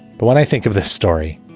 but what i think of this story.